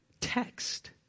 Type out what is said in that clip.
text